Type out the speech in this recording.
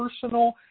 personal